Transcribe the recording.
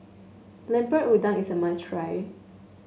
Lemper Udang is a must try